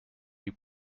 you